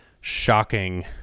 shocking